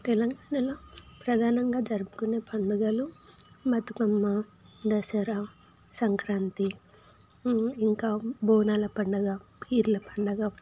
తెలంగాణలో ప్రధానంగా జరుపుకునే పండుగలు బతుకమ్మ దసరా సంక్రాంతి ఇంకా బోనాల పండుగ పీర్ల పండుగ